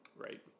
Right